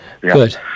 Good